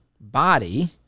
body